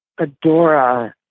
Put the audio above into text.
Adora